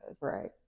right